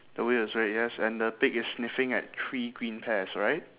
the wheel is red yes and the pig is sniffing at three green pears right